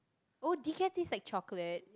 oh decaf tastes like chocolate